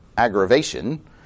Aggravation